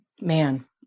Man